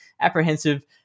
apprehensive